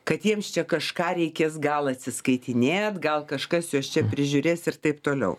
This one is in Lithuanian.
kad jiems čia kažką reikės gal atsiskaitinėt gal kažkas juos čia prižiūrės ir taip toliau